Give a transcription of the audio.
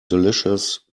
delicious